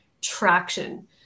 traction